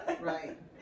Right